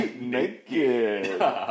naked